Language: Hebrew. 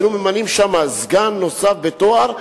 היינו ממנים שם סגן נוסף בתואר,